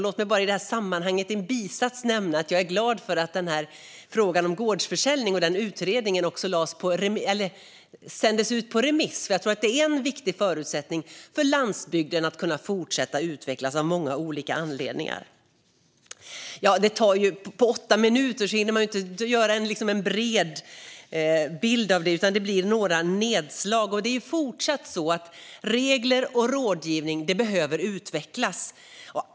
Låt mig i det här sammanhanget bara i en bisats nämna att jag är glad för att frågan om gårdsförsäljningen och utredningen om den sändes ut på remiss. Jag tror att gårdsförsäljningen av många olika anledningar är en viktig förutsättning för landsbygden att kunna fortsätta att utvecklas. På åtta minuter hinner man inte ge en bred bild av det här, utan det blir några nedslag. Det är fortsatt så att regler och rådgivning behöver utvecklas.